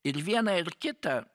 ir viena ir kita